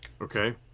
Okay